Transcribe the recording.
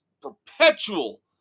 perpetual